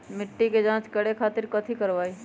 मिट्टी के जाँच करे खातिर कैथी करवाई?